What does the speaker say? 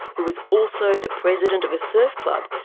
who was also the president of a surf club,